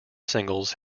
singles